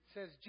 says